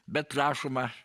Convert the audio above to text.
bet rašoma